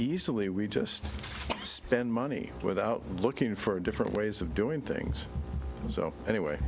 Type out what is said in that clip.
easily we just spend money without looking for different ways of doing things anyway